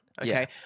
Okay